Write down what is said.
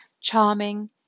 charming